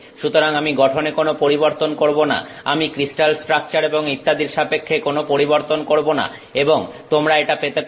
সুতরাং আমি গঠনে কোন পরিবর্তন করবো না আমি ক্রিস্টাল স্ট্রাকচার এবং ইত্যাদির সাপেক্ষে কোন পরিবর্তন করবো না এবং তোমরা এটা পেতে পারো